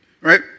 right